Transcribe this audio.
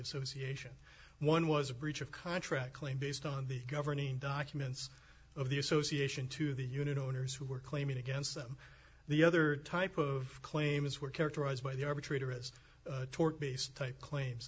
association one was a breach of contract claim based on the governing documents of the association to the unit owners who were claiming against them the other type of claims were characterized by the arbitrator as tort based type claims